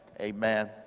Amen